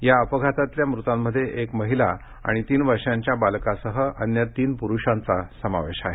या अपघातातल्या मृतांमध्ये एक महिला आणि तीन वर्षांच्या बालकासह अन्य तीन परुषांचा समावेश आहे